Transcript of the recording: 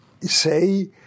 say